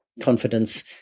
confidence